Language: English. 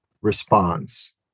response